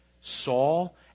Saul